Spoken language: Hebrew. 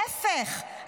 להפך,